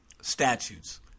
statutes